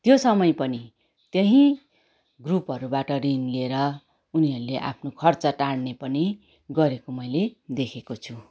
त्यो समय पनि त्यही ग्रुपहरूबाट ऋण लिएर उनीहरूले आफ्नो खर्च टार्ने पनि गरेको मैले देखेको छु